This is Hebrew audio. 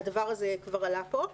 שכבר עלה פה.